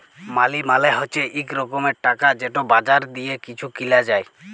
মালি মালে হছে ইক রকমের টাকা যেট বাজারে দিঁয়ে কিছু কিলা যায়